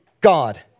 God